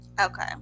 Okay